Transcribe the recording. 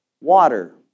Water